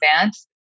advance